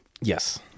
Yes